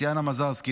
טטיאנה מזרסקי,